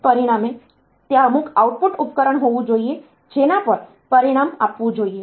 પરિણામે ત્યાં અમુક આઉટપુટ ઉપકરણ હોવું જોઈએ જેના પર પરિણામ આપવું જોઈએ